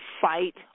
fight